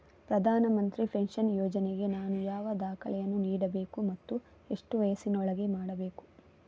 ಪ್ರಧಾನ ಮಂತ್ರಿ ಪೆನ್ಷನ್ ಯೋಜನೆಗೆ ನಾನು ಯಾವ ದಾಖಲೆಯನ್ನು ನೀಡಬೇಕು ಮತ್ತು ಎಷ್ಟು ವಯಸ್ಸಿನೊಳಗೆ ಮಾಡಬೇಕು?